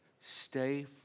Stay